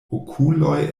okuloj